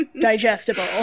digestible